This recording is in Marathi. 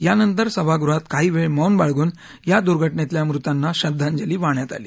यानंतर सभागृहात काही वेळ मौन बाळगून या दुर्घटनेतल्या मृतांना श्रद्धांजली वाहण्यात आली